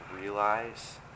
realize